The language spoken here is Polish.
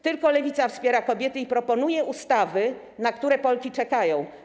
Tylko Lewica wspiera kobiety i proponuje ustawy, na które Polki czekają.